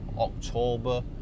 October